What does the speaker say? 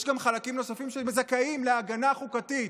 יש גם חלקים נוספים שזכאים להגנה חוקתית,